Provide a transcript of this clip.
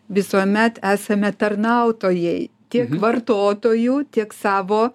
visuomet esame tarnautojai tiek vartotojų tiek savo